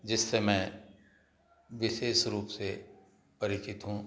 जिससे मैं विशेष रूप से परिचित हूँ